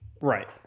right